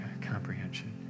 comprehension